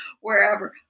wherever